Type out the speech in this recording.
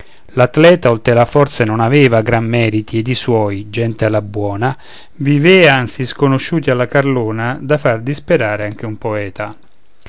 l'atleta oltre la forza non aveva gran meriti ed i suoi gente alla buona vivean sì sconosciuti alla carlona da fare disperar anche un poeta